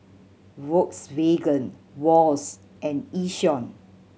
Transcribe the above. Volkswagen Wall's and Yishion